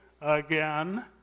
again